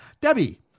Debbie